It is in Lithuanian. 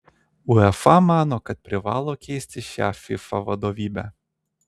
uefa mano kad privalo keisti šią fifa vadovybę